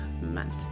month